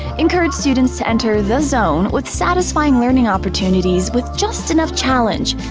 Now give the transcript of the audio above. encourage students to enter the zone with satisfying learning opportunities with just enough challenge,